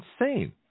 insane